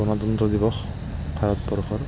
গণতন্ত্ৰ দিৱস ভাৰতবৰ্ষৰ